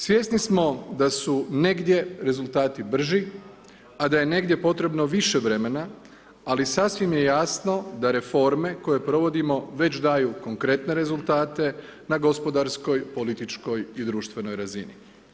Svjesni smo da su negdje rezultati brži a da je negdje potrebno više vremena ali sasvim je jasno da reforme koje provodimo već daju konkretne rezultate na gospodarskoj, političkoj i društvenoj razini.